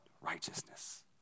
Righteousness